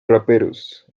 raperos